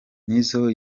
nizzo